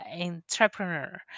entrepreneur